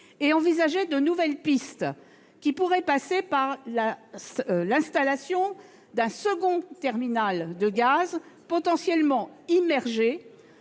envisagé de nouvelles pistes, qui pourraient passer par l'installation d'un second terminal de gaz, potentiellement immergé